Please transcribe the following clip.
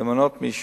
למנות מישהו,